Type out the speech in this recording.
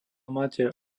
máte